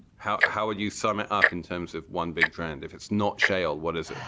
how how would you sum it up in terms of one big trend if it's not shale, what is it?